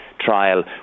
trial